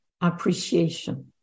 appreciation